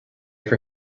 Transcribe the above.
for